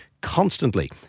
constantly